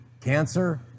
cancer